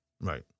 Right